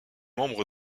membre